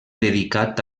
dedicat